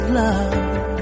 love